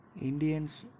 Indians